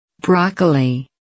Broccoli